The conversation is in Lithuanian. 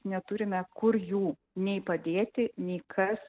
neturime kur jų nei padėti nei kas